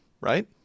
right